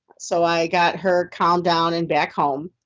so i got her calmed down and back home